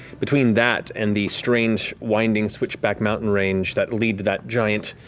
between that and the strange winding, switchback mountain range that lead to that giant,